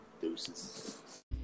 Deuces